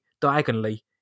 diagonally